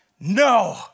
No